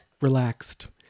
relaxed